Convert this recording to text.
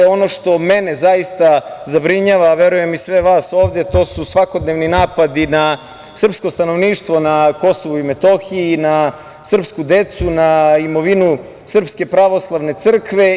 Ono što mene zaista zabrinjava, a verujem i sve vas ovde, to su svakodnevni napadi na srpsko stanovništvo na Kosovu i Metohiji, na srpsku decu, na imovinu SPC.